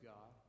God